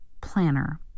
planner